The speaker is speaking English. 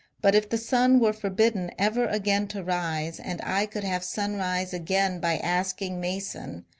but if the sun were forbidden ever again to rise and i could have sunrise again by asking mason,